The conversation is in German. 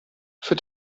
für